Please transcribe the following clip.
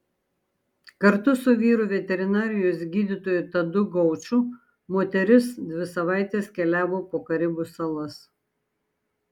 kartu su vyru veterinarijos gydytoju tadu gauču moteris dvi savaites keliavo po karibų salas